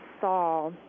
saw